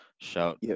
shout